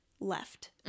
left